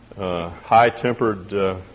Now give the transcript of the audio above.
high-tempered